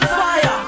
fire